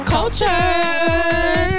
Culture